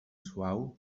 suau